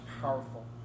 powerful